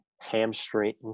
hamstring